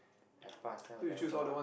I pass then I like !wah!